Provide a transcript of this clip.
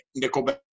Nickelback